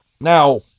Now